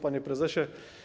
Panie Prezesie!